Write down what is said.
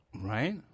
Right